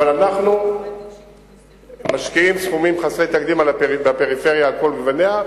אבל אנחנו משקיעים סכומים חסרי תקדים בפריפריה על כל גווניה,